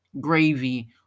gravy